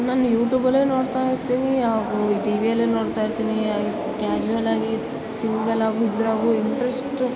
ನಾನು ಯೂಟ್ಯೂಬ್ಲ್ಲೇ ನೋಡ್ತಾ ಇರ್ತೀನಿ ಯಾವಾಗಲು ಟಿ ವಿಯಲ್ಲು ನೋಡ್ತಾ ಇರ್ತೀನಿ ಕ್ಯಾಶುಯಲ್ಲಾಗಿ ಸಿಂಗಲಾಗು ಇದ್ರಾಗು ಇಂಟ್ರೆಸ್ಟ್